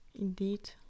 indeed